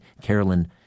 Carolyn